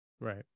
Right